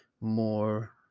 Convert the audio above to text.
more